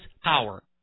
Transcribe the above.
power